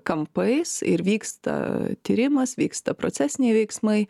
kampais ir vyksta tyrimas vyksta procesiniai veiksmai